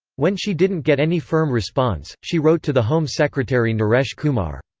when she didn't get any firm response, she wrote to the home secretary naresh kumar.